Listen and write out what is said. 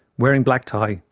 wearing black tie,